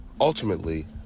Ultimately